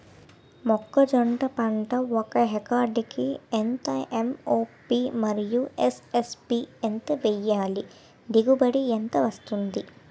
మొక్కజొన్న పంట ఒక హెక్టార్ కి ఎంత ఎం.ఓ.పి మరియు ఎస్.ఎస్.పి ఎంత వేయాలి? దిగుబడి ఎంత వస్తుంది?